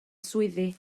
swyddi